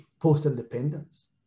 post-independence